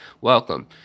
Welcome